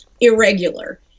irregular